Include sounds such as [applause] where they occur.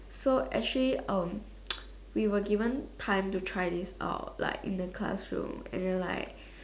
so actually um [noise] we were given time to try this out like in the class room and then like